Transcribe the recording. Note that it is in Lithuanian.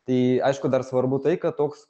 tai aišku dar svarbu tai kad toks